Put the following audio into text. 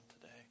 today